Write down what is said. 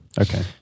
Okay